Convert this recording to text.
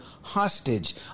hostage